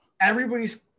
Everybody's